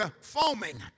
foaming